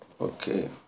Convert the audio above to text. Okay